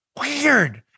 Weird